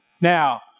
Now